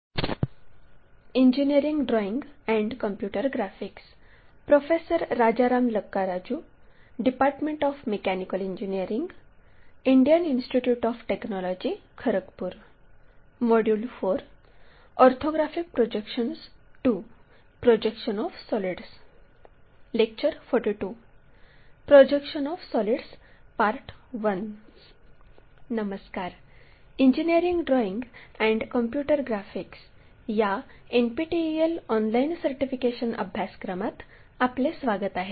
नमस्कार engineering drawing and computer graphics या NPTEL online certification अभ्यासक्रमात आपले स्वागत आहे